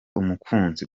umukunzi